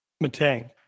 Matang